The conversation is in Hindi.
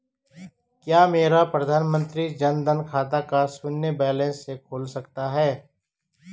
क्या मेरा प्रधानमंत्री जन धन का खाता शून्य बैलेंस से खुल सकता है?